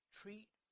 treat